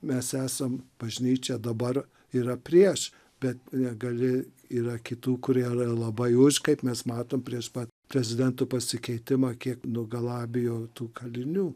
mes esam bažnyčia dabar yra prieš bet negali yra kitų kurie labai už kaip mes matom prieš pat prezidentų pasikeitimą kiek nugalabijo tų kalinių